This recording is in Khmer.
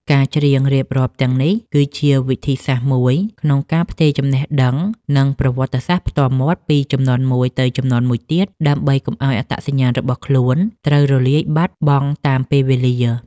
ការច្រៀងរៀបរាប់ទាំងនេះ គឺជាវិធីសាស្ត្រមួយក្នុងការផ្ទេរចំណេះដឹង និងប្រវត្តិសាស្ត្រផ្ទាល់មាត់ពីជំនាន់មួយទៅជំនាន់មួយទៀត ដើម្បីកុំឱ្យអត្តសញ្ញាណរបស់ខ្លួនត្រូវរលាយបាត់បង់តាមពេលវេលា។